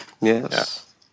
Yes